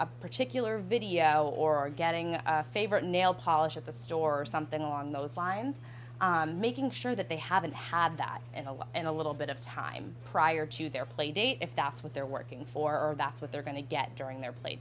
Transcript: a particular video or getting a favorite nail polish at the store something along those lines making sure that they haven't had that in a while and a little bit of time prior to their play date if that's what they're working for or that's what they're going to get during their play